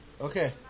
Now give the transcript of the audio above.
Okay